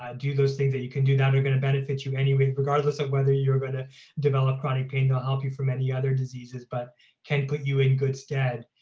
um do those things that you can do now that are going to benefit you anyway, regardless of whether you're gonna develop chronic pain, they'll help you for many other diseases, but can put you in good stead.